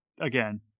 again